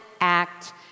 act